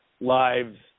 lives